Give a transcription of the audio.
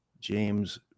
James